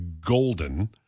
golden